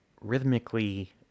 rhythmically